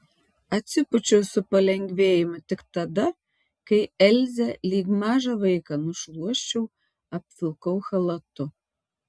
atsipūčiau su palengvėjimu tik tada kai elzę lyg mažą vaiką nušluosčiau apvilkau chalatu